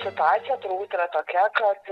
situacija turbūt yra tokia kad